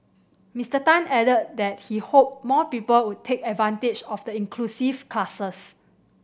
Mister Tan added that he hoped more people would take advantage of the inclusive classes